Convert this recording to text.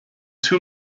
two